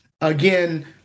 again